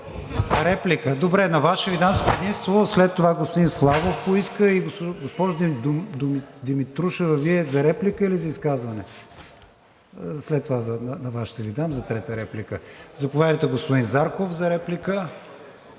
реплика, добре, на Вас ще Ви дам с предимство. След това господин Славов поиска. Госпожо Димитрушева, Вие за реплика или за изказване? След това на Вас ще Ви дам думата за трета реплика. Заповядайте, господин Зарков, за реплика.